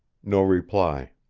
no reply.